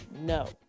no